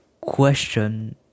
question